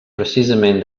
precisament